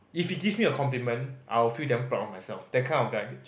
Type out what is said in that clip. if he gives me a compliment I will feel damn proud of myself that kind of guy